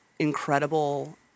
incredible